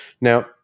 Now